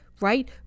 right